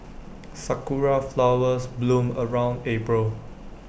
Sakura Flowers bloom around April